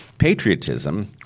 Patriotism